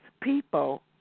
people